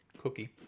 cookie